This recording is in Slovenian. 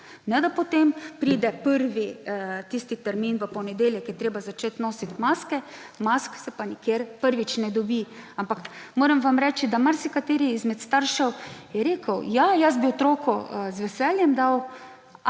ne da potem pride prvi tisti termin, v ponedeljek je treba začeti nositi maske, mask se pa nikjer, prvič, ne dobi. Ampak moram vam reči, da marsikateri izmed staršev je rekel, ja, jaz bi otroku z veseljem dal,